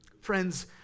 Friends